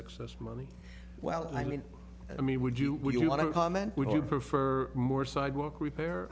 excess money well i mean i mean would you would you want to comment would you prefer more sidewalk repair